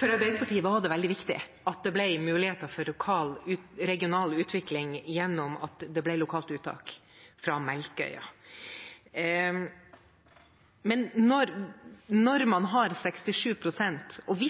For Arbeiderpartiet var det veldig viktig at det ble muligheter for regional utvikling gjennom lokalt uttak fra Melkøya. Hvis man har 67 pst. og